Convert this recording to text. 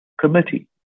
committee